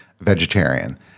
vegetarian